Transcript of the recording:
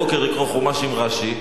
אני משתדל בבוקר לקרוא חומש עם רש"י,